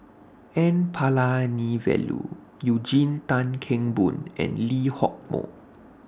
N Palanivelu Eugene Tan Kheng Boon and Lee Hock Moh